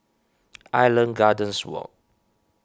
Island Gardens Walk